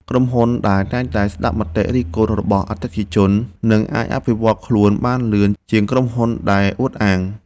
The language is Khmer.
ក្រុមហ៊ុនដែលតែងតែស្ដាប់មតិរិះគន់របស់អតិថិជននឹងអាចអភិវឌ្ឍខ្លួនបានលឿនជាងក្រុមហ៊ុនដែលអួតអាង។